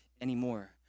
anymore